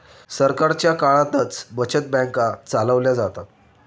सरकारच्या काळातच बचत बँका चालवल्या जातात